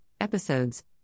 Episodes